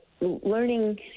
learning